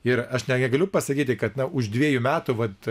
ir aš negaliu pasakyti kad na už dviejų metų vat